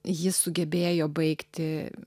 ji sugebėjo baigti